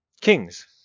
Kings